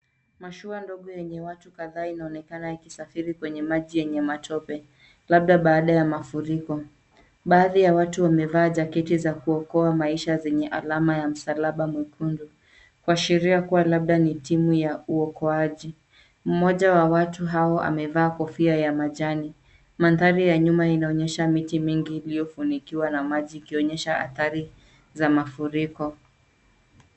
Mashua ndogo yenye watu kadhaa inaonekana ikisafiri kwenye maji yenye matope, labda baada ya mafuriko. Baadhi ya watu wamevaa jaketi za kuokoa maisha zenye alama ya msalaba mwekundu, kuashiria kuwa labda ni timu ya uokoaji. Mmoja wa watu hao amevaa kofia ya majani. Mandhari ya nyuma inaonyesha miti mingi iliyofunikiwa na maji ikionyesha athari, za mafuriko.